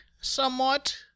somewhat